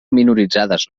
minoritzades